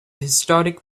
historic